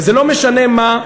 וזה לא משנה מה,